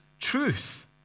truth